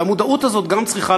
והמודעות הזו גם צריכה